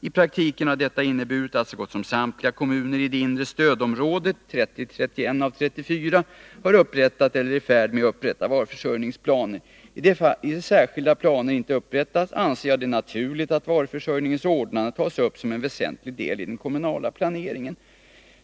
I praktiken har detta inneburit att så gott som samtliga kommuner i det inre stödområdet, 30-31 av 34, har upprättat eller är i färd med att upprätta varuförsörjningsplaner. I de fall särskilda planer inte utarbetas anser jag det naturligt att varuförsörjningens ordnande tas upp som en väsentlig del i den kommunala planeringen i övrigt.